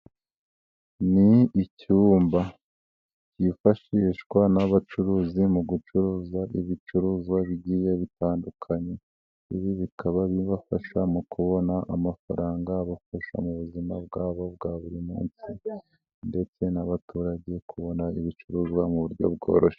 Ni icyumba, cyifashishwa n'abacuruzi mu gucuruza ibicuruzwa bigiye bitandukanye, ibibi bikaba bibafasha mu kubona amafaranga, abafasha mu buzima bwabo bwa buri munsi ndetse n'abaturage kubona ibicuruzwa muburyo bwororoshye.